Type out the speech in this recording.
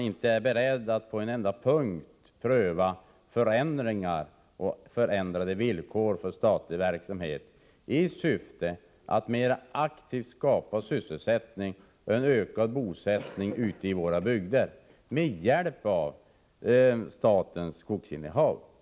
Inte på en enda punkt är han beredd att pröva förändringar och andra villkor för statlig verksamhet i syfte att mera aktivt skapa sysselsättning och en ökad bosättning ute i våra bygder med hjälp av statens skogsinnehav.